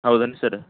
ಹೌದೇನ್ರಿ ಸರ್